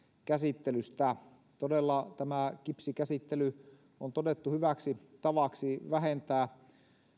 käsittelystä todella tämä kipsikäsittely on todettu hyväksi tavaksi vähentää